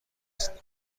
نسلی